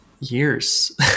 Years